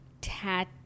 Tat